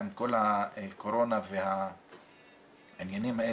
עם כל הקורונה והעניינים,